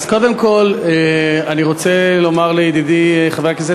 אז קודם כול אני רוצה לומר לידידי חבר הכנסת